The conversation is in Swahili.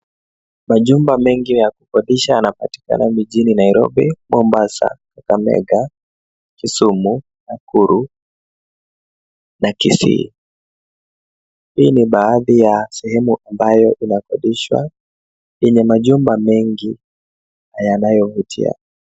Majumba mengi ya kukodisha yanapatikana mijini Nairobi, Mombasa, Kakamega, Kisumu, Nakuru na Kisii. Hii ni baadhi ya sehemu ambayo inakodishwa yenye majumba mengi na yanayovutia.